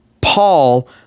Paul